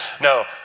No